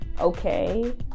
okay